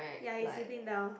ya he sitting down